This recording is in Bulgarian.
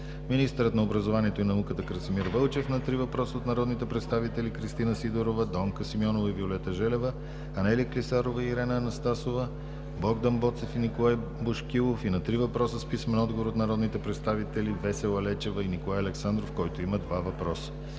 министърът на образованието и науката Красимир Вълчев – на 3 въпроса от народните представители Кристина Сидорова, Донка Симеонова и Виолета Желева; Анелия Клисарова и Ирена Анастасова; и Богдан Боцев и Николай Бошкилов; и на три въпроса с писмен отговор от народните представители Весела Лечева; и Николай Александров, които има два въпроса;